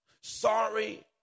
sorry